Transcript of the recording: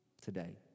today